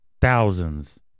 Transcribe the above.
Thousands